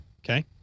Okay